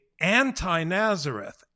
anti-Nazareth